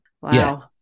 Wow